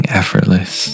effortless